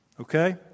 Okay